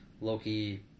Loki